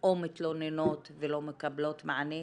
או מתלוננות ולא מקבלות מענה,